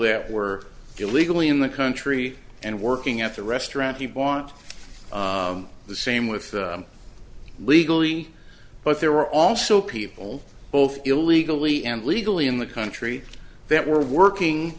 there were illegally in the country and working at the restaurant you want the same with legally but there were also people both illegally and legally in the country that were working